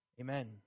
Amen